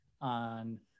on